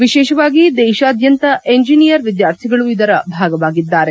ವಿಶೇಷವಾಗಿ ದೇಶಾದ್ದಂತ ಇಂಜೆನಿಯರ್ ವಿದ್ವಾರ್ಥಿಗಳು ಇದರ ಭಾಗವಾಗಿದ್ದಾರೆ